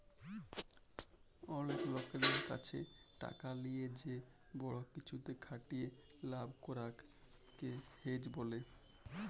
অলেক লকদের ক্যাছে টাকা লিয়ে যে বড় কিছুতে খাটিয়ে লাভ করাক কে হেজ ব্যলে